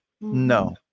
No